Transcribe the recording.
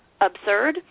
absurd